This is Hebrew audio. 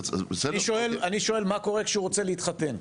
אני שואל, אני שואל מה קורה כשהוא רוצה להתחתן.